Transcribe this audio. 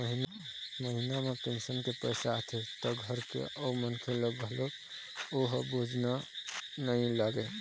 महिना म पेंशन के पइसा आथे त घर के अउ मनखे ल घलोक ओ ह बोझ नइ लागय